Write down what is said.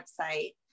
website